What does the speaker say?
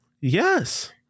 Yes